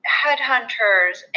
headhunters